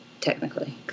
technically